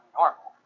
normal